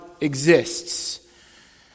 exists